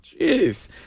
Jeez